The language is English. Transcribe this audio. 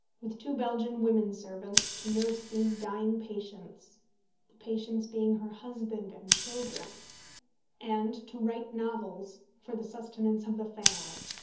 with two belgian women-servants, to nurse these dying patients the patients being her husband and children and to write novels for the sustenance of the family!